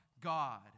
God